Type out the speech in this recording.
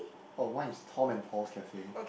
oh mine is Tom and Paul's Cafe